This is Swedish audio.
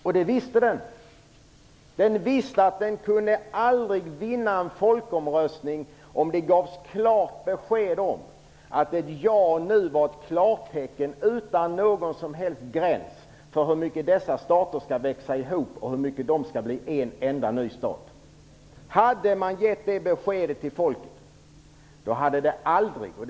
Det visste den. Den visste att den aldrig kunde vinna en folkomröstning om det gavs klart besked om att ett ja nu var ett klartecken utan någon som helst gräns för hur mycket dessa stater skall växa ihop och bli en enda ny stat. Hade man gett det beskedet till folket hade det aldrig gått att skaka fram en ja-majoritet.